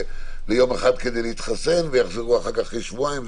ליום אחד כדי להתחסן ויחזרו אחר כך אחרי שבועיים,